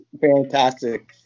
fantastic